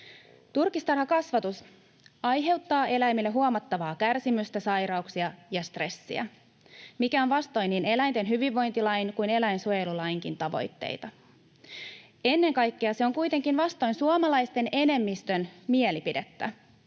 Turkistarhakasvatus aiheuttaa eläimille huomattavaa kärsimystä, sairauksia ja stressiä, mikä on vastoin niin eläinten hyvinvointilain kuin eläinsuojelulainkin tavoitteita. Ennen kaikkea se on kuitenkin vastoin suomalaisten enemmistön mielipidettä.